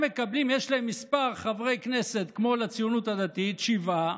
יש להם מספר חברי כנסת כמו לציונות הדתית, שבעה,